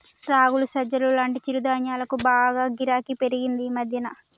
రాగులు, సజ్జలు లాంటి చిరుధాన్యాలకు బాగా గిరాకీ పెరిగింది ఈ మధ్యన